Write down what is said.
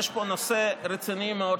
יושב-ראש ועדה.